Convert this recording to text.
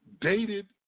dated